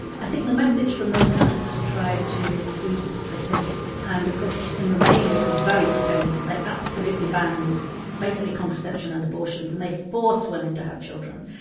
i think the message from those countries that have tried to boost fertility and, of course, in romania, it was very draconian. they absolutely banned, basically, contraception and abortions, and they forced women to have children.